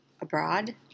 Abroad